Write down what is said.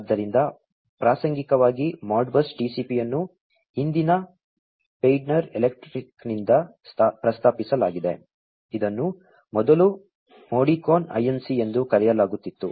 ಆದ್ದರಿಂದ ಪ್ರಾಸಂಗಿಕವಾಗಿ Modbus TCP ಅನ್ನು ಇಂದಿನ ಷ್ನೇಯ್ಡರ್ ಎಲೆಕ್ಟ್ರಿಕ್ನಿಂದ ಪ್ರಸ್ತಾಪಿಸಲಾಗಿದೆ ಇದನ್ನು ಮೊದಲು Modicon Inc ಎಂದು ಕರೆಯಲಾಗುತ್ತಿತ್ತು